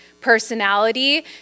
personality